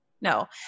No